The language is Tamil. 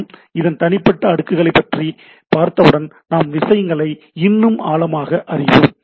மற்றும் இதன் தனிப்பட்ட அடுக்குகளைப் பற்றி பார்த்தவுடன் நாம் விஷயங்களை இன்னும் ஆழமாகப் அறிவோம்